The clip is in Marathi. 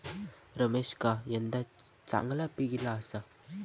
रमेशका यंदा चांगला पीक ईला आसा